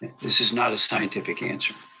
this is not a scientific answer.